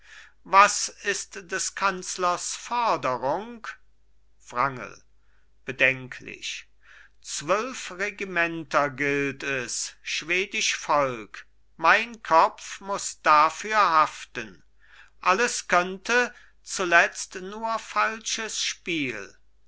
was ist des kanzlers foderung wrangel bedenklich zwölf regimenter gilt es schwedisch volk mein kopf muß dafür haften alles könnte zuletzt nur falsches spiel